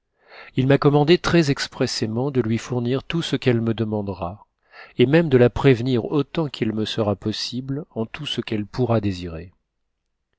il n'a commandé très exprèssément de lui fournir tout ce qu'elle me demandera et môme de la prévenir autant qu'il me sera possible en tout ce qu'elle pourra désirer